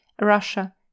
Russia